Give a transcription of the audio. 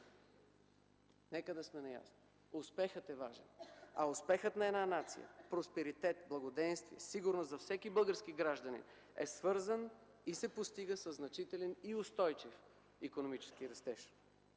нека да сме наясно – успехът е важен, а успехът на една нация, просперитет, благоденствие, сигурност за всеки български гражданин е свързан и се постига със значителен и устойчив икономически растеж.